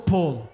Paul